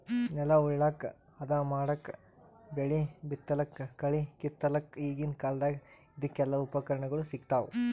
ನೆಲ ಉಳಲಕ್ಕ್ ಹದಾ ಮಾಡಕ್ಕಾ ಬೆಳಿ ಬಿತ್ತಲಕ್ಕ್ ಕಳಿ ಕಿತ್ತಲಕ್ಕ್ ಈಗಿನ್ ಕಾಲ್ದಗ್ ಇದಕೆಲ್ಲಾ ಉಪಕರಣಗೊಳ್ ಸಿಗ್ತಾವ್